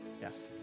Yes